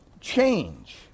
change